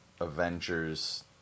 Avengers